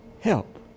Help